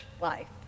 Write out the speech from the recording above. life